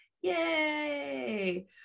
Yay